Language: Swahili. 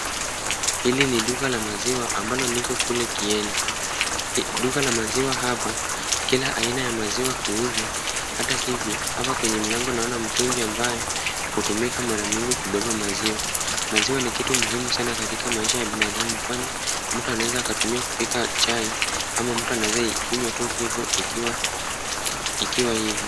Hili ni duka la maziwa ambalo liko kule Kieni. Duka la maziwa hapa, kila aina ya maziwa huuzwa hata hivyo hapa kwenye mlango naona mtungi ambayo hutumika mara mingi kubeba maziwa. Maziwa ni kitu muhimu sana katika maisha ya binadamu kwani mtu anaweza akatumia kupika chai ama mtu anaweza ikunywa hivo ikiwa hivo.